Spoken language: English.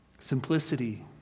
Simplicity